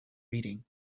reading